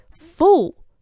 full